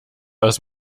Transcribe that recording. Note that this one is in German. aus